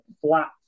flat